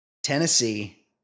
Tennessee